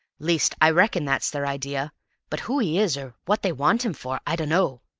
least, i reckon that's their idea but who he is, or what they want him for, i dunno.